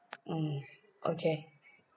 mm okay